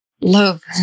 love